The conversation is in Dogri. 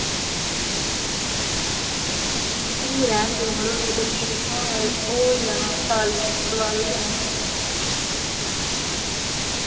फ्ही रौह्न देओ मड़ो नेईं ते फ्ही दिक्खो हां ओह् होई जाना साल बर्बाद होई जाना